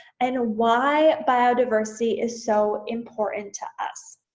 and why biodiversity is so important to us.